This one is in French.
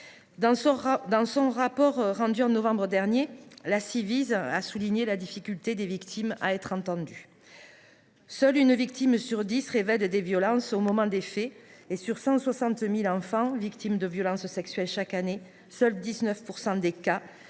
dans son rapport rendu en novembre dernier,, la Ciivise souligne la difficulté des victimes à être entendues. Seule une victime sur dix révèle les violences au moment des faits, et sur 160 000 enfants victimes de violences sexuelles chaque année, seuls 19 % des cas